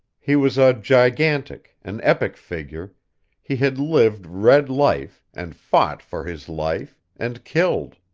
he was a gigantic, an epic figure he had lived red life, and fought for his life, and killed.